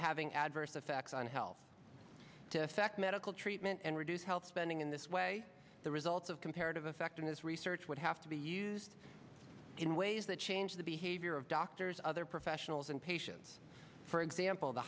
having adverse effects on health to affect medical treatment and reduce health spending in this way the results of comparative effectiveness research would have to be used in ways that change the behavior of doctors other professionals and patients for example the